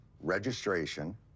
registration